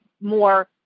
more